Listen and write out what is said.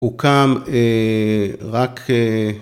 ‫הוא קם רק...